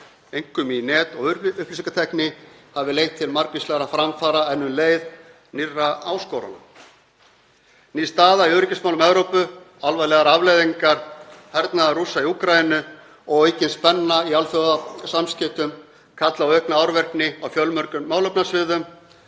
einkum í net- og upplýsingatækni, hafi leitt til margvíslegra framfara en um leið nýrra áskorana. Ný staða í öryggismálum Evrópu, alvarlegar afleiðingar hernaðar Rússa í Úkraínu og aukin spenna í alþjóðasamskiptum kalli á aukna árvekni á fjölmörgum málefnasviðum